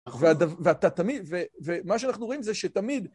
ואתה תמיד, ומה שאנחנו רואים זה שתמיד...